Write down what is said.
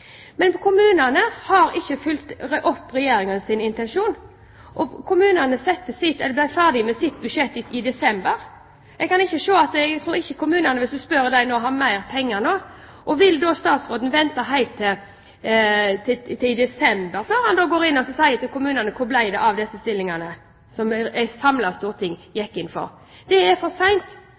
Men kommunene har ikke fulgt opp Regjeringens intensjon. Kommunene ble ferdig med sine budsjetter i desember. Jeg tror ikke kommunene, hvis en spør dem nå, har mer penger nå. Vil statsråden vente helt til desember før han går inn og spør kommunene: Hvor ble det av de stillingene som et samlet storting gikk inn for? Det er for